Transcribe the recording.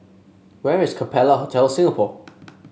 where is Capella Hotel Singapore